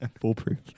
Foolproof